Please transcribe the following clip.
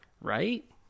Right